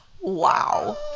wow